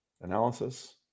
Analysis